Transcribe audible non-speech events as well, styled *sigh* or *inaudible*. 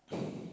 *breath*